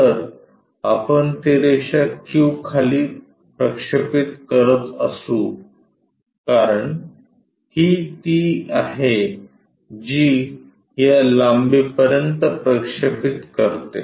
जर आपण ती रेषा q खाली प्रक्षेपित करत असु कारण ही ती आहे जी या लांबीपर्यंत प्रक्षेपित करते